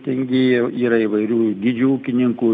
taigi yra įvairių dydžių ūkininkų